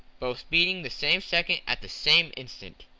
both beating the same second at the same instant.